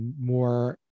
more